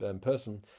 person